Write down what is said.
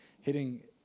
hitting